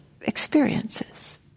experiences